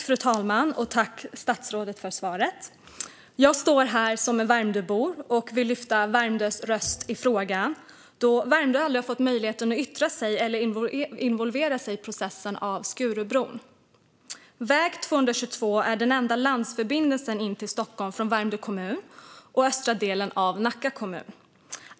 Fru talman! Tack, statsrådet, för svaret! Jag står här som Värmdöbo och vill lyfta Värmdös röst i frågan eftersom Värmdö aldrig har fått möjlighet att yttra sig eller involveras i processen kring Skurubron. Väg 222 är den enda landförbindelsen in till Stockholm från Värmdö kommun och östra delen av Nacka kommun.